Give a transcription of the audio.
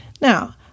Now